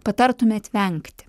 patartumėt vengti